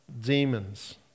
demons